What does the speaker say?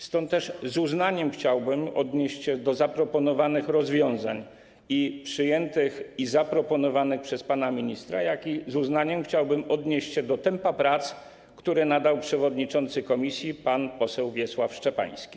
Stąd też z uznaniem chciałbym odnieść się do zaproponowanych rozwiązań, przyjętych i zaproponowanych przez pana ministra, i z uznaniem chciałbym odnieść się do tempa prac, które nadał przewodniczący komisji pan poseł Wiesław Szczepański.